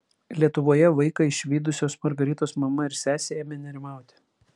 lietuvoje vaiką išvydusios margaritos mama ir sesė ėmė nerimauti